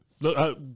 look